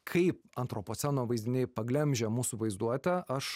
kaip antropoceno vaizdiniai paglemžia mūsų vaizduotę aš